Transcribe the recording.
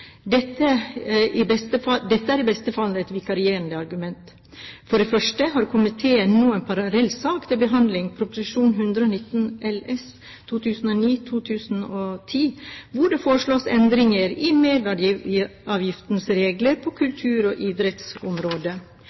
Dette er i beste fall et vikarierende argument. For det første har komiteen nå en parallell sak til behandling, Prop. 119 LS for 2009–2010, hvor det foreslås endringer i merverdiavgiftsreglene på kultur- og idrettsområdet,